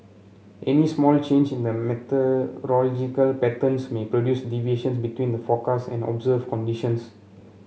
any small change in the meteorological patterns may produce deviations between the forecast and observe conditions